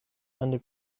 eine